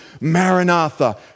Maranatha